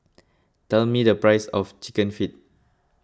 tell me the price of Chicken Feet